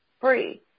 free